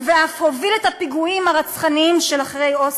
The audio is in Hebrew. ואף הוביל את הפיגועים הרצחניים של אחרי אוסלו,